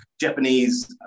Japanese